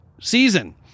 season